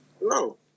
No